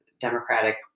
Democratic